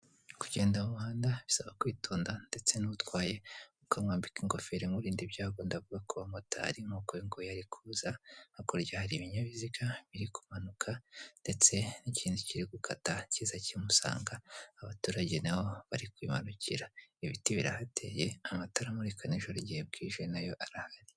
Kugenda muhanda bisaba kwitonda ndetse n'utwaye ukamwambika ingofero imurinda ibyago ndavuga ku bamotari ,nk'uko uyu nguyu ari kuza hakurya hari ibinyabiziga biri kumanuka ndetse n'ikindi kiri gukata kiza kimusanga ,abaturage nabo bari kwimanukira ,ibiti birahateye amatara amurika nijoro igihe bwije nayo arahari.